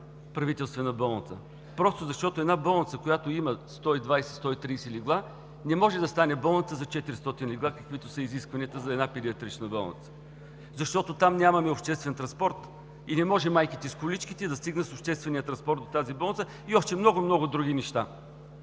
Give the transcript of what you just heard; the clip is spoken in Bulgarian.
Правителствена болница, просто защото една болница, която има 120 – 130 легла, не може да стане болница за 400 легла, каквито са изискванията за една педиатрична болница. Там няма обществен транспорт и не може майките с количките да стигнат с обществения транспорт до тази болница и още много, много други неща.